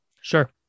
Sure